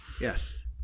yes